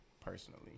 personally